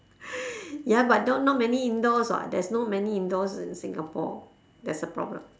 ya but not not many indoors [what] there's no many indoors in singapore that's the problem